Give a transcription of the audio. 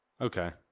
Okay